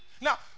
Now